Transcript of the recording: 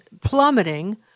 plummeting